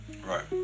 Right